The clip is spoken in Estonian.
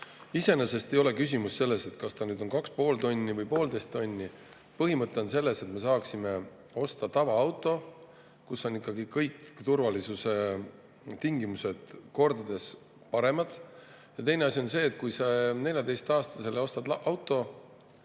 Iseenesest ei ole küsimus selles, kas see on 2,5 tonni või 1,5 tonni, põhimõte on selles, et me saaksime osta tavaauto, kus on ikkagi kõik turvalisuse tingimused kordades paremad. Ja teine asi on see, et kui sa ostad 14-aastasele auto